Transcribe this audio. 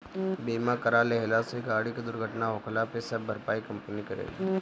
बीमा करा लेहला से गाड़ी के दुर्घटना होखला पे सब भरपाई कंपनी करेला